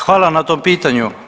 Hvala na tom pitanju.